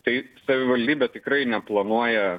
taip savivaldybė tikrai neplanuoja